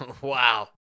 Wow